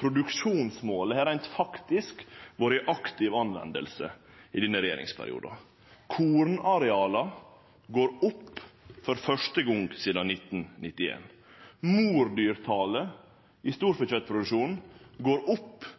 Produksjonsmålet har reint faktisk vore i aktiv bruk i denne regjeringsperioden. Kornareala går opp for første gong sidan 1991. Mordyrtalet i storfekjøtproduksjonen går opp